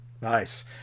Nice